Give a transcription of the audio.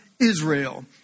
Israel